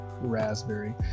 raspberry